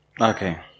Okay